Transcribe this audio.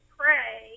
pray